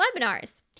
webinars